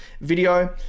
video